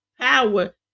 power